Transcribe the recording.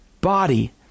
body